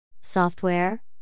Software